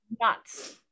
nuts